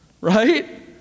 right